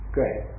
Great